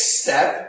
step